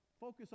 focus